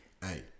Hey